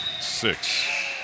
six